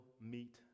meet